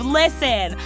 listen